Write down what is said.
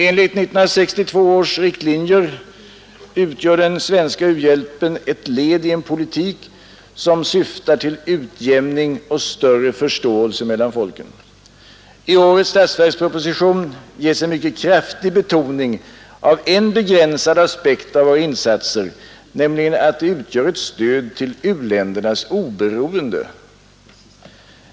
Enligt 1962 års riktlinjer utgör den svenska u-hjälpen ett led i en politik som syftar till utjämning och större förståelse mellan folken. I årets statsverksproposition ges en mycket kraftig betoning av en begränsad aspekt på våra insatser, nämligen att de utgör ett stöd till u-ländernas oberoende.